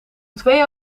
twee